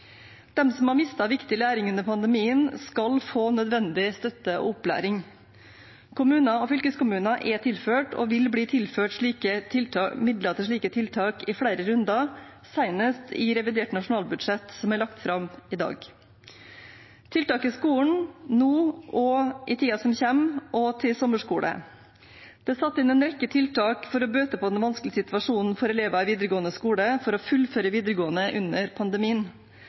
som har mistet viktig læring under pandemien, skal få nødvendig støtte og opplæring. Kommuner og fylkeskommuner er tilført og vil bli tilført midler til slike tiltak i flere runder, senest i revidert nasjonalbudsjett, som er lagt fram i dag – tiltak i skolen nå og i tiden som kommer, og til sommerskole. Det er satt inn en rekke tiltak for å bøte på den vanskelige situasjonen for elever i videregående skole for å fullføre videregående under pandemien.